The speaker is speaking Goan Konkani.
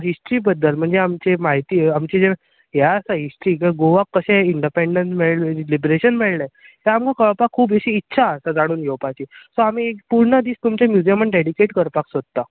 हिश्ट्री बद्दल म्हणजे आमचे म्हायती आमचे हें आसा हिश्ट्री गोवा कशें इंडिपेंडण्ट मेळ्ळें लिबरेशन मेळ्ळें तें आमकां कळपाक खूब अशी इत्सा आसा जाणून घेवपाची पूर्ण दीस तुमच्या म्युजियमाक डेडिकेट करपाक सोदता